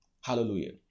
Hallelujah